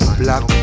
black